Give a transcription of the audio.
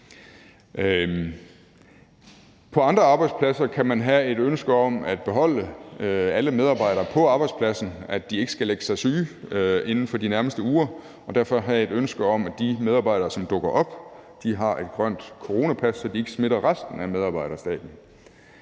På andre arbejdspladser kan man have et ønske om at beholde alle medarbejdere på arbejdspladsen, altså de ikke skal lægge sig syge inden for de nærmeste uger, og derfor have et ønske om, at de medarbejdere, som dukker op, har et coronapas, så de ikke smitter resten af medarbejderstaben.